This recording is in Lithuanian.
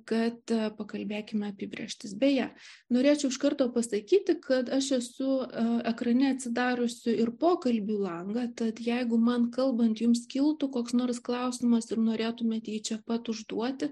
kad pakalbėkime apibrėžtis beje norėčiau iš karto pasakyti kad aš esu ekrane atsidariusi ir pokalbių langą tad jeigu man kalbant jums kiltų koks nors klausimas ir norėtumėte jį čia pat užduoti